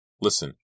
Listen